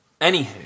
Anywho